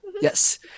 Yes